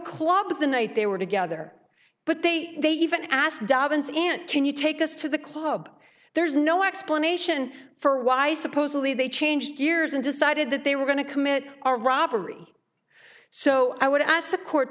club the night they were together but they they even asked dobbins ant can you take us to the club there's no explanation for why supposedly they changed gears and decided that they were going to commit a robbery so i would ask the court